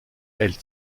elle